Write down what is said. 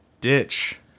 ditch